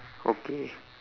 okay